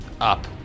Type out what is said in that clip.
up